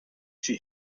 she